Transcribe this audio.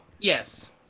Yes